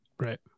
Right